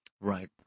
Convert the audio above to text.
right